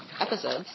episodes